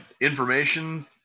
information